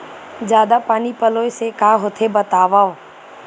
जादा पानी पलोय से का होथे बतावव?